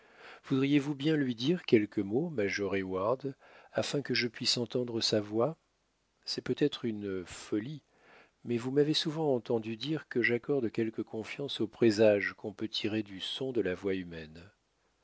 voudriez-vous bien lui dire quelques mots major heyward afin que je puisse entendre sa voix c'est peut-être une folie mais vous m'avez souvent entendue dire que j'accorde quelque confiance au présage qu'on peut tirer du son de la voix humaine